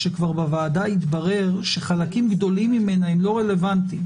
שכבר בוועדה התברר שחלקים גדולים ממנה לא רלוונטיים.